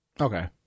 Okay